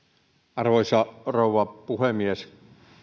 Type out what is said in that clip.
arvoisa rouva puhemies